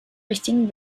richtigen